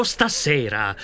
Stasera